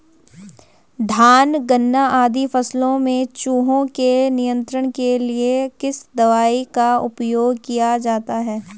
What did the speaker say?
धान गन्ना आदि फसलों में चूहों के नियंत्रण के लिए किस दवाई का उपयोग किया जाता है?